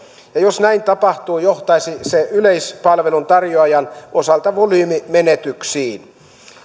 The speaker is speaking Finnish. jos näin tapahtuu johtaisi se yleispalveluntarjoajan osalta volyymimenetyksiin